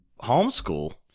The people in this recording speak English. homeschool